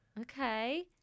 Okay